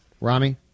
Rami